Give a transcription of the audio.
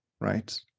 right